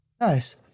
Nice